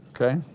Okay